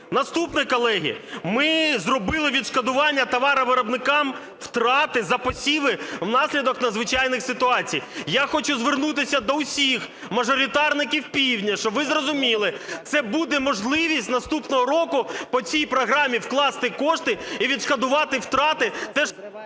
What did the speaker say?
Наступне, колеги, ми зробили відшкодування товаровиробникам втрати за посіви внаслідок надзвичайних ситуацій. Я хочу звернутися до всіх мажоритарників півдня, щоб ви зрозуміли, це буде можливість наступного року по цій програмі вкласти кошти і відшкодувати втрати.